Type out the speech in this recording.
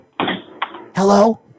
Hello